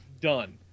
Done